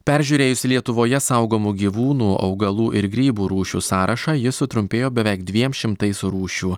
peržiūrėjus lietuvoje saugomų gyvūnų augalų ir grybų rūšių sąrašą jis sutrumpėjo beveik dviem šimtais rūšių